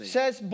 says